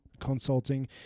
consulting